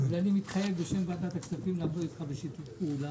ואני מתחייב בשם ועדת הכספים לעבוד איתך בשיתוף פעולה.